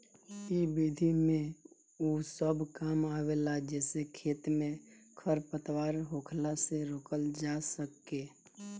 इ विधि में उ सब काम आवेला जेसे खेत में खरपतवार होखला से रोकल जा सके